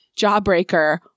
jawbreaker